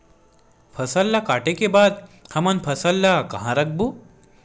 फसल ला काटे के बाद हमन फसल ल कहां रखबो?